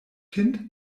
kind